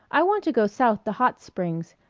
i want to go south to hot springs!